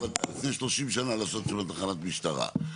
לפני 30 שנה לעשות תחנת משטרה,